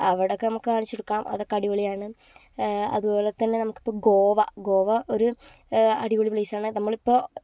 അവിടെയൊക്കെ നമുക്ക് കാണിച്ച് കൊടുക്കാം അതൊക്കെ അടിപൊളിയാണ് അതുപോലെ തന്നെ നമക്കിപ്പം ഗോവ ഗോവ ഒരു അടിപൊളി പ്ലേയ്സ് ആണ് നമ്മളിപ്പോൾ